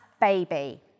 baby